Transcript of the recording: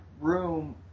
room